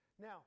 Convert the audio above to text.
Now